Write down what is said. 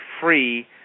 free